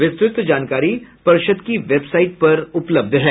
विस्तृत जानकारी पर्षद् की वेबसाइट पर उपलब्ध है